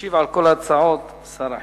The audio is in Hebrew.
ישיב על כל ההצעות שר החינוך.